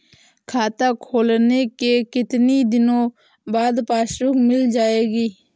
खाता खोलने के कितनी दिनो बाद पासबुक मिल जाएगी?